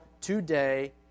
today